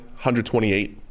128